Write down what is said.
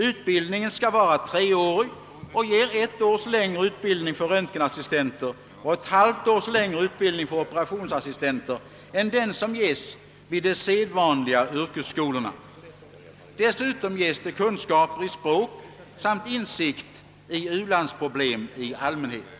Utbildningen skall vara treårig, och det innebär ett års längre utbildning för röntgenassistenter och ett halvt års längre utbildning för operationsassistenter än vad som ges vid de vanliga yrkesskolorna. Dessutom meddelas kunskaper i språk samt insikter i u-landsproblem i allmänhet.